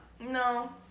No